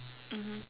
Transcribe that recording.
mmhmm